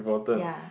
ya